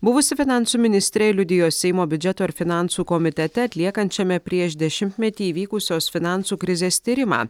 buvusi finansų ministrė liudijo seimo biudžeto ir finansų komitete atliekančiame prieš dešimtmetį įvykusios finansų krizės tyrimą